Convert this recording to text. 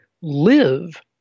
live